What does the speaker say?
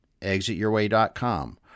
ExitYourWay.com